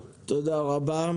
אני תומך.